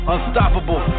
Unstoppable